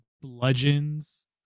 Bludgeon's